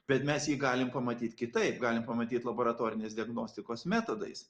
bet mes jį galim pamatyti kitaip galim pamatyt laboratorinės diagnostikos metodais